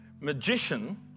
magician